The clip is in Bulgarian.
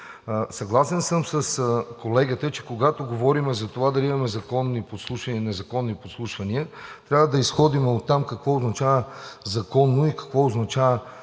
Съгласен съм с колегата, че когато говорим за това дали имаме законни подслушвания, или незаконни подслушвания, трябва да изходим оттам какво означава законно и какво означава